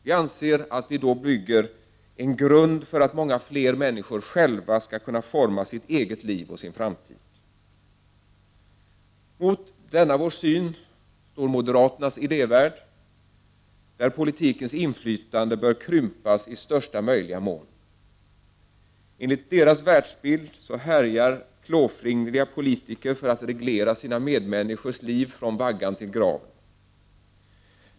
Vi anser att vi då bygger en grund för att många fler människor själva skall kunna forma sitt eget liv och sin framtid. Mot denna vår syn står moderaternas idévärld, enligt vilken politikens inflytande bör krympas i största möjliga mån. Enligt deras världsbild härjar klåfingriga politiker för att reglera sina medmänniskors liv från vaggan till graven.